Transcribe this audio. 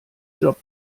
job